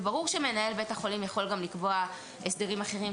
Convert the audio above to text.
וברור שמנהל בית החולים יכול גם לקבוע הסדרים אחרים,